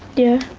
yeah.